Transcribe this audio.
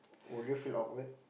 would you feel awkward